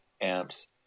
amps